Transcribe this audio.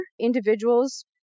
individuals